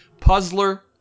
Puzzler